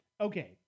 Okay